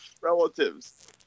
relatives